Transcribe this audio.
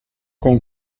con